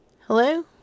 Hello